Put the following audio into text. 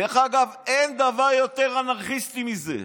זו לא עבירה, זה, אין דבר יותר אנרכיסטי מזה.